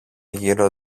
γύρω